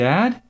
Dad